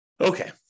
Okay